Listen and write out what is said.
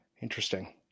Interesting